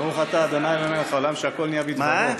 ברוך אתה ה' אלוהינו מלך העולם שהכול נהיה בדברו.